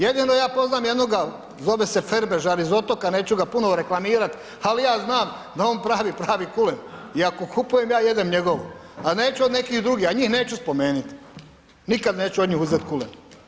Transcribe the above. Jedino ja poznam jednoga zove se Ferbežar iz Otoka, neću ga puno reklamirat, ali ja znam da on pravi pravi kulen, i ako kupujem, ja jedem njegovo, a neću od nekih drugih, a njih neću spomenit, nikad od njih neću uzet kulen.